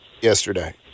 yesterday